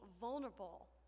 vulnerable